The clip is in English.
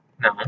No